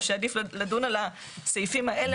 או שעדיף לדון על הסעיפים האלה.